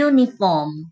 Uniform